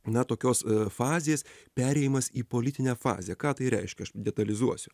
na tokios fazės perėjimas į politinę fazę ką tai reiškia aš detalizuosiu